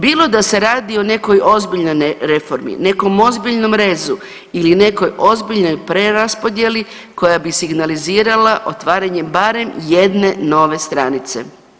Bilo da se radi o nekoj ozbiljnoj reformi, nekom ozbiljnom rezu ili nekoj ozbiljnoj preraspodjeli koja bi signalizirala otvaranjem barem jedne nove stranice.